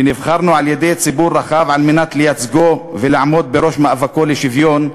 שנבחרנו על-ידי ציבור רחב כדי לייצגו ולעמוד בראש מאבקו לשוויון,